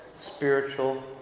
spiritual